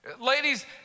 Ladies